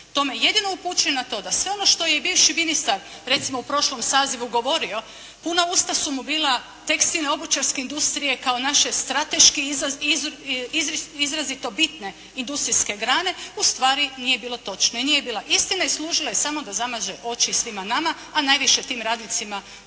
jedino upućuju na to da sve ono što je bivši ministar, recimo u prošlom sazivu govorio, puna usta su mu bila tekstilno-obućarske industrije kao naše strateški izrazito bitne industrijske grane, ustvari nije bilo točno i nije bila istina i služila je samo da zamaže oči svima nama, a najviše tim radnicima u